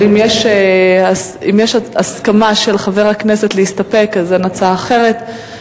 אם יש הסכמה של חבר הכנסת להסתפק אין הצעה אחרת,